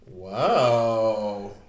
Wow